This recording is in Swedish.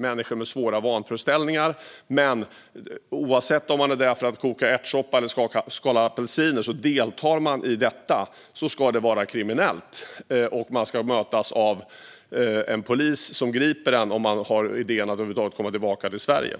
människor med svåra vanföreställningar. Men oavsett om man är där för att koka ärtsoppa eller för att skala apelsiner deltar man i detta, och det ska vara kriminellt. Man ska mötas av polis som griper en om man har idén att över huvud taget komma tillbaka till Sverige.